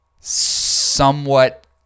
somewhat